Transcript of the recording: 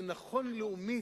זה נכון לאומית,